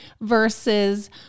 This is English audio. versus